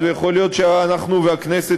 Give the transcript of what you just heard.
ואנחנו נבנה בארץ-ישראל,